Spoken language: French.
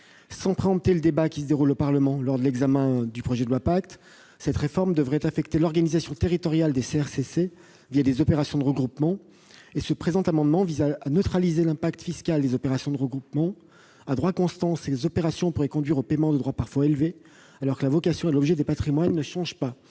Sans préempter le débat en cours au Parlement sur le projet de loi PACTE, cette réforme devrait affecter l'organisation territoriale des CRCC des opérations de regroupements. Le présent amendement vise à neutraliser l'impact fiscal de ces opérations. À droit constant, celles-ci pourraient effectivement conduire au paiement de droits parfois élevés, alors même que la vocation et l'objet des patrimoines ne changent pas.